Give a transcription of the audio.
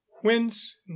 Whence